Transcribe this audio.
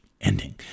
Ending